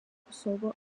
kosovo